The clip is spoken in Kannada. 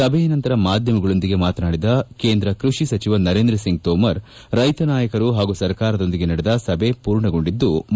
ಸಭೆಯ ನಂತರ ಮಾಧ್ಯಮಗಳೊಂದಿಗೆ ಮಾತನಾಡಿದ ಕೇಂದ್ರ ಕೃಷಿ ಸಚಿವ ನರೇಂದ್ರಸಿಂಗ್ ತೋಮರ್ ರೈತ ನಾಯಕರು ಹಾಗೂ ಸರ್ಕಾರದೊಂದಿಗೆ ನಡೆದ ಸಭೆ ಪೂರ್ಣಗೊಂಡಿದ್ಲು